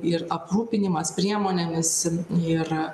ir aprūpinimas priemonėmis ir